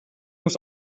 muss